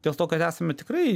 dėl to kad esame tikrai